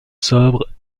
sobres